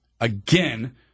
again